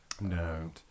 no